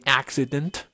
accident